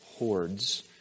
hordes